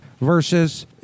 versus